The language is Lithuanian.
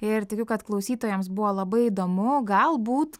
ir tikiu kad klausytojams buvo labai įdomu galbūt